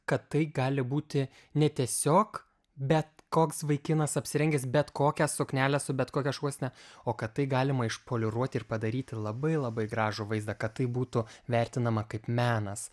kad tai gali būti ne tiesiog bet koks vaikinas apsirengęs bet kokią suknelę su bet kokia šukuosena o kad tai galima išpoliruoti ir padaryti labai labai gražų vaizdą kad tai būtų vertinama kaip menas